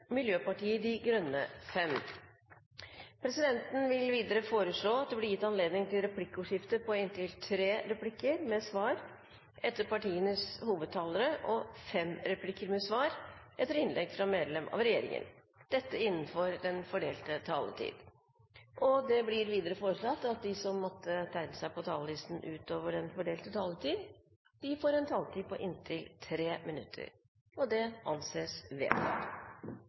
Miljøpartiet De Grønne 5 minutter. Videre vil presidenten foreslå at det blir gitt anledning til replikkordskifte på inntil tre replikker med svar etter partienes hovedtalere og fem replikker med svar etter innlegg fra medlem av regjeringen innenfor den fordelte taletid. Videre blir det foreslått at de som måtte tegne seg på talerlisten utover den fordelte taletid, får en taletid på inntil 3 minutter. – Det anses vedtatt.